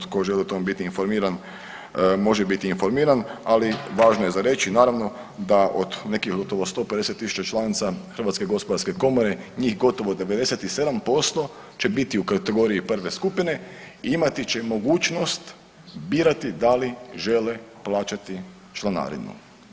Tko želi o tome biti informiran, može biti informiran, ali važno je za reći naravno da od nekih gotovo 150.000 članica HGK njih gotovo 97% će biti u kategoriji prve skupine i imati će mogućnost birati da li žele plaćati članarinu.